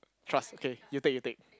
trust okay you take you take